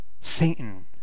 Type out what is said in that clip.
Satan